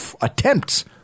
attempts